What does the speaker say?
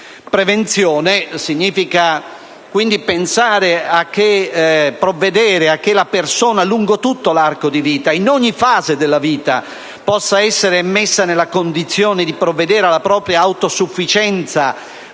«Prevenzione» significa anche provvedere a che la persona, lungo tutto l'arco e in ogni fase della vita, possa essere messa nella condizione di provvedere alla propria autosufficienza,